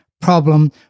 problem